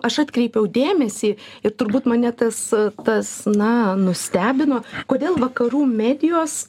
aš atkreipiau dėmesį ir turbūt mane tas tas na nustebino kodėl vakarų medijos